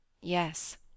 Yes